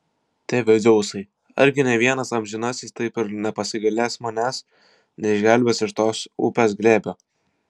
tėve dzeusai argi nė vienas amžinasis taip ir nepasigailės manęs neišgelbės iš tos upės glėbio